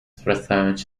zwracając